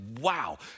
wow